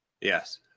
Yes